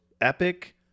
epic